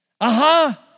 Aha